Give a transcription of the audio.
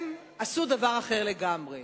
הם עשו דבר אחר לגמרי,